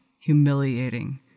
humiliating